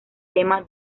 tema